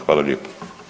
Hvala lijepa.